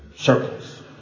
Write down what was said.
Circles